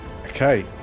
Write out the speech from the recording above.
okay